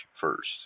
first